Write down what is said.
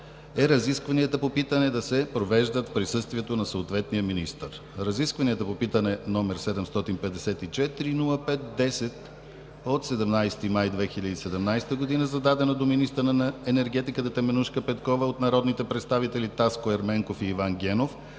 е разискванията по питане да се провеждат в присъствието на съответния министър. Разискванията по питане, № 754-05-10, от 17 май 2017 г., зададено до министъра на енергетиката Теменужка Петкова от народните представители Таско Ерменков и Иван Генов